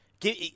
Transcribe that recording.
Give